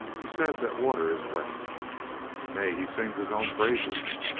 he says that water is wet nay, he sings his own praises.